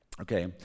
Okay